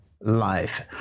life